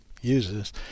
uses